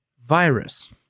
virus